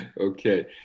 okay